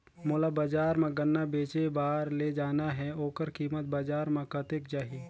मोला बजार मां गन्ना बेचे बार ले जाना हे ओकर कीमत बजार मां कतेक जाही?